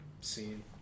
scene